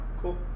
cool